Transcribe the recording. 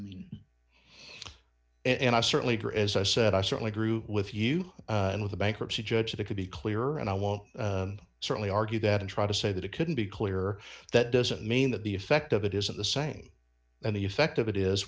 and i certainly do as i said i certainly grew with you and with the bankruptcy judge if it could be clearer and i won't certainly argue that and try to say that it couldn't be clearer that doesn't mean that the effect of it is of the same and the effect of it is